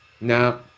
Now